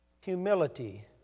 humility